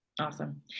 Awesome